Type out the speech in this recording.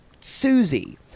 Susie